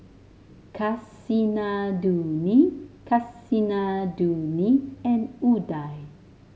Kasinadhuni Kasinadhuni and Udai